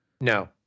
No